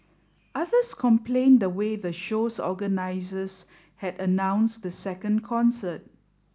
others complained the way the show's organisers had announced the second concert